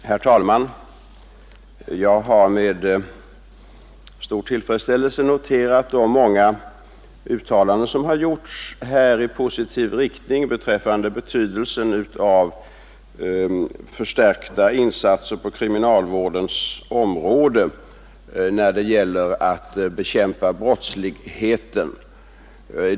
Herr talman! Jag har med stor tillfredsställelse noterat de många positiva uttalanden som här gjorts rörande betydelsen av förstärkta insatser på kriminalvårdens område när det gäller att bekämpa brottsligheten.